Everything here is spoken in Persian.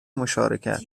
مشارکت